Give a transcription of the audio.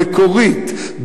המקורית,